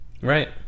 right